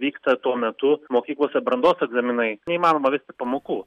vyksta tuo metu mokyklose brandos egzaminai neįmanoma vesti pamokų